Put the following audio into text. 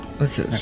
Okay